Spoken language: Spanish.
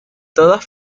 todas